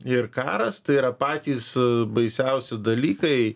ir karas tai yra patys baisiausi dalykai